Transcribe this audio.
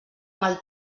mal